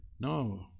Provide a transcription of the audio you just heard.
No